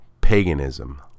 paganism